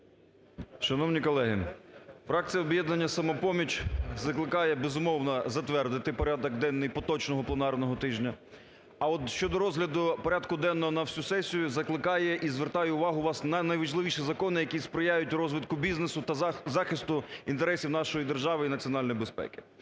Шановні колеги, фракція "Об'єднання "Самопоміч" закликає, безумовно, затвердити порядок денний поточного пленарного тижня, а от щодо розгляду порядку денного на всю сесію закликає і звертаю увагу вас на найважливіші закони, які сприяють розвитку бізнесу та захисту інтересів нашої держави і національної безпеки.